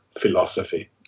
philosophy